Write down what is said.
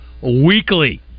weekly